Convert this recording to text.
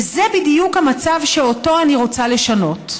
וזה בדיוק המצב שאותו אני רוצה לשנות.